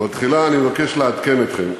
אבל תחילה אני מבקש לעדכן אתכם,